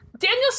Daniel